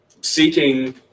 seeking